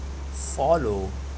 follow